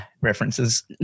references